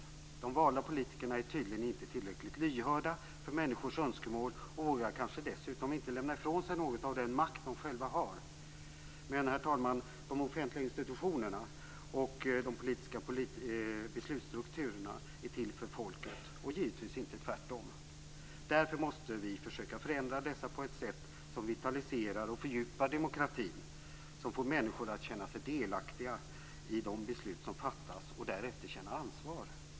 De valda politikerna är tydligen inte tillräckligt lyhörda för människors önskemål och vågar kanske dessutom inte lämna ifrån sig något av den makt de själva har. Men, herr talman, de offentliga institutionerna och de politiska beslutsstrukturerna är till för folket och givetvis inte tvärtom. Därför måste vi försöka förändra dessa på ett sätt som vitaliserar och fördjupar demokratin och får människor att känna sig delaktiga i de beslut som fattas och därefter känna ansvar.